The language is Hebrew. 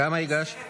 כמה הגשת?